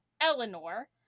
Eleanor